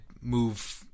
move